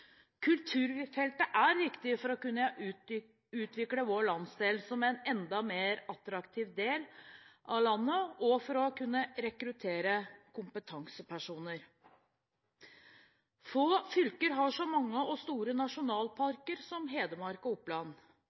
Kulturfeltet er viktig for å kunne utvikle vår landsdel som en enda mer attraktiv del av landet og for å kunne rekruttere kompetansepersoner. Få fylker har så mange og store nasjonalparker som Hedmark og Oppland,